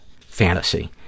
fantasy